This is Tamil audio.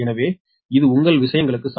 எனவே இது உங்கள் விஷயங்களுக்கு சமம்